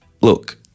look